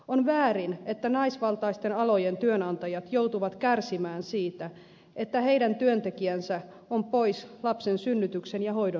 on väärin että naisvaltaisten alojen työnantajat joutuvat kärsimään siitä että heidän työntekijänsä on pois lapsen synnytyksen ja hoidon vuoksi